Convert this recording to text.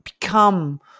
become